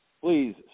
Please